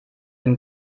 dem